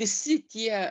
visi tie